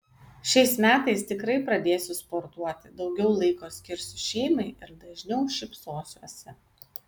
šiais metais tikrai pradėsiu sportuoti daugiau laiko skirsiu šeimai ir dažniau šypsosiuosi